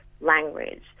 language